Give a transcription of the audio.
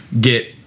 get